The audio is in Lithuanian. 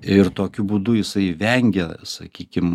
ir tokiu būdu jisai vengia sakykim